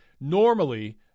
normally